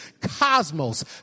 Cosmos